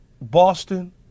Boston